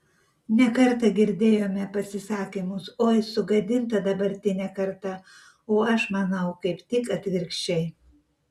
ne kartą girdėjome pasisakymus oi sugadinta dabartinė karta o aš manau kaip tik atvirkščiai